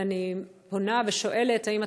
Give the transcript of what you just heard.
ואני פונה ושואלת אם אתה,